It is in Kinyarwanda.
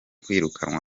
kwirukanwa